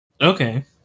Okay